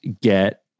get